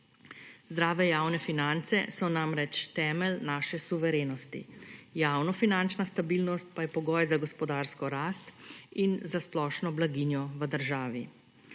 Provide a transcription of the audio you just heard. Zdrave javne finance so namreč temelj naše suverenosti. Javnofinančna stabilnost pa je pogoj za gospodarsko rast in za splošno blaginjo v državi.